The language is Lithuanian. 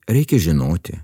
reikia žinoti